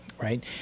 Right